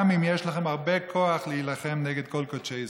גם אם יש לכם הרבה כוח להילחם נגד כל קודשי ישראל.